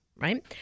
Right